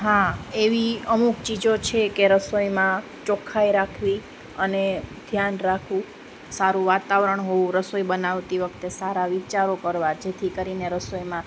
હા એવી અમુક ચીજો છે કે રસોઈમાં ચોખ્ખાઈ રાખવી અને ધ્યાન રાખવું સારું વાતાવરણ હોવું રસોઈ બનાવતી વખતે સારા વિચારો કરવા જેથી કરીને રસોઈમાં